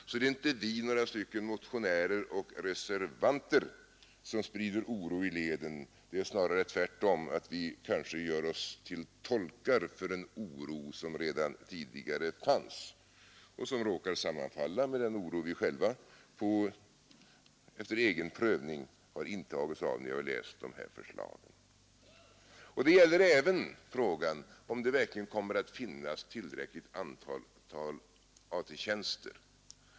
Det är alltså inte vi några stycken motionärer och reservanter som sprider oro i leden, det är snarare så att vi gör oss till tolkar för en oro som redan tidigare fanns och som råkar sammanfalla med den oro vi själva efter egen prövning har intagits av när vi har läst de här förslagen. Det gäller även frågan om det verkligen kommer att finnas tillräckligt antal AT-tjänster.